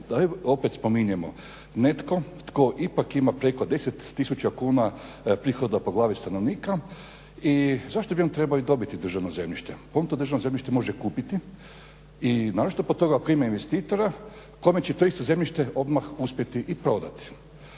netko opet spominjemo netko tko ipak ima preko 10 tisuća kuna prihoda po glavi stanovnika i zašto bi on trebao i dobiti državno zemljište. Pa on to državno zemljište kupiti i naročito po toga ako ima investitora kome će to isto zemljište odmah uspjeti i prodati